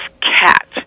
cat